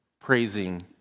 praising